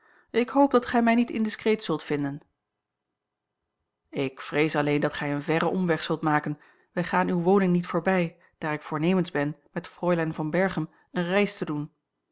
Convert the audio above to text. ik hoop dat gij mij niet indiscreet zult vinden ik vrees alleen dat gij een verren omweg zult maken wij gaan uwe woning niet voorbij daar ik voornemens ben met fräulein van berchem een reis te doen